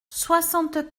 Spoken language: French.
soixante